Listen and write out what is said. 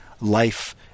life